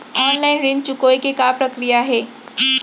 Online ऋण चुकोय के का प्रक्रिया हे?